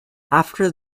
after